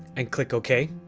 and click ok